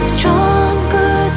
Stronger